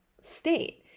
state